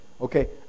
Okay